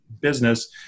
business